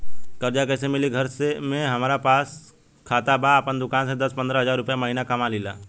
कर्जा कैसे मिली घर में हमरे पास खाता बा आपन दुकानसे दस पंद्रह हज़ार रुपया महीना कमा लीला?